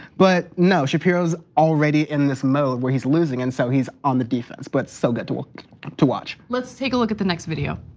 but no, shapiro's already in this mode where he's losing and so he's on the defense but so good to ah to watch. let's take a look at the next video.